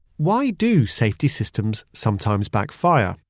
why do safety systems sometimes backfire?